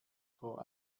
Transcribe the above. vor